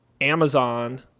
Amazon